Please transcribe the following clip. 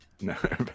no